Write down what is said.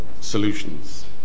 solutions